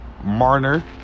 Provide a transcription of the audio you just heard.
Marner